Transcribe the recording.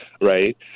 right